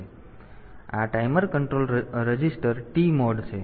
તેથી આ timer control register TMOD છે